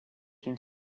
une